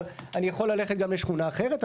אבל אני יכול ללכת גם לשכונה אחרת.